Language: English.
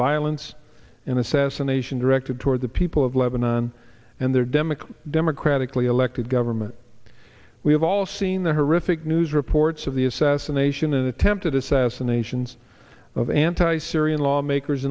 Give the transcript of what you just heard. violence in assassination directed toward the people of lebanon and their demick democratically elected government we have all seen the horrific news reports of the assassination and attempted assassinations of anti syrian lawmakers